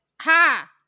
ha